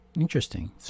Interesting